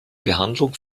behandlung